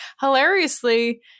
hilariously